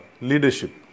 leadership